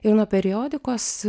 ir nuo periodikos